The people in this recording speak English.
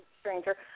stranger –